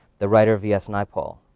the writer, vs naipaul.